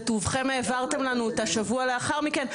בטובכם העברתם לנו אותה שבוע לאחר מכן,